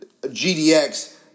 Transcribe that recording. GDX